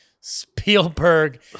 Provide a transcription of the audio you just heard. Spielberg